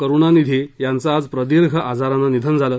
करूणानिधी यांचं आज प्रदीर्घ आजारानं निधन झालं